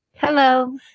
Hello